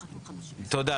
תודה.